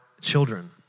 children